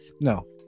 no